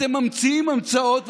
אתם ממציאים המצאות,